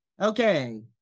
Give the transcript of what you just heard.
okay